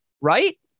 Right